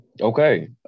Okay